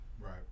right